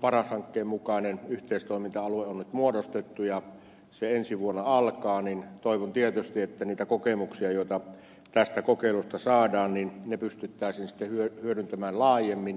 paras hankkeen mukainen yhteistoiminta alue on nyt muodostettu ja se ensi vuonna alkaa niin toivon tietysti että niitä kokemuksia joita tästä kokeilusta saadaan pystyttäisiin sitten hyödyntämään laajemmin